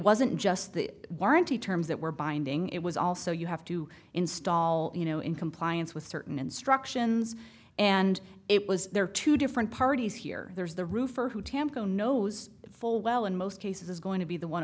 wasn't just the warranty terms that were binding it was also you have to install you know in compliance with certain instructions and it was there are two different parties here there's the roofer who tamgho knows full well in most cases is going to be the one